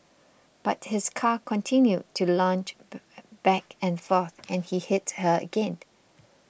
but his car continued to lunge back and forth and he hit her again